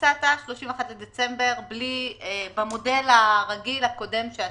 הצעת 31 בדצמבר במודל הרגיל הקודם שעשינו.